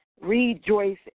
rejoice